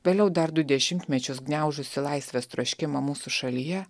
vėliau dar du dešimtmečius gniaužusi laisvės troškimą mūsų šalyje